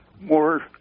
more